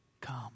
Come